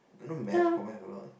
I know math confirm have a lot